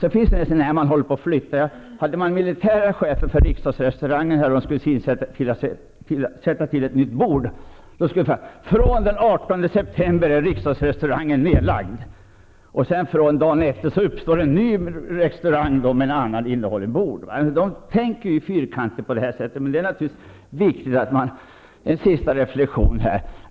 Om vi hade en militär chef i riksdagsrestaurangen, och man skulle sätta in ett nytt bord, skulle han kunna säga:''Från den 18 september är riksdagsrestaurangen nerlagd.'' Men dagen efter öppnas en ny restaurang med annat innehåll än bord. De tänker så fyrkantigt. En sista reflektion.